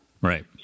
Right